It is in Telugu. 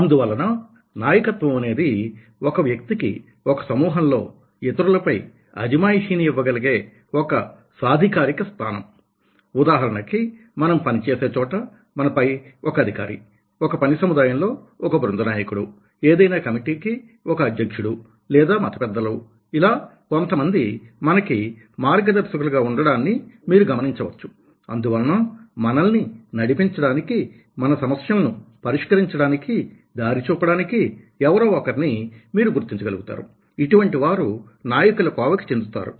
అందువలన నాయకత్వం అనేది ఒక వ్యక్తికి ఒక సమూహంలో ఇతరులపై అజమాయిషీని ఇవ్వగలిగే ఒక సాధికారిక స్థానం ఉదాహరణకి మనం పనిచేసే చోట మన పై ఒక అధికారి ఒక పని సముదాయంలో ఒక బృంద నాయకుడు ఏదైనా కమిటీకి ఒక అధ్యక్షుడు లేదా మత పెద్దలు ఇలా కొంతమంది మనకి మార్గదర్శకులుగా ఉండాన్ని మీరు గమనించవచ్చు అందువలన మనల్ని నడిపించడానికి మన సమస్యలను పరిష్కరించడానికి దారి చూపడానికి ఎవరో ఒకరిని మీరు గుర్తించ గలుగుతారు ఇటువంటి వారు నాయకుల కోవకి చెందుతారు